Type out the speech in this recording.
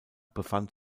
befand